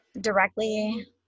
directly